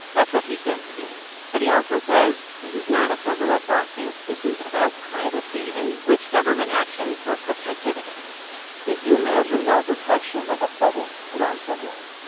that's what he stands to gain but he also says this is not a frivolous lawsuit. this is about privacy and which government actions we're protected against if you imagine that protection like a bubble around someone,